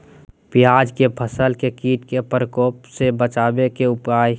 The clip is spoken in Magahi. प्याज के फसल के कीट के प्रकोप से बचावे के उपाय?